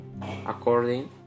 according